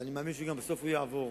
ואני מאמין שבסוף הוא גם יעבור.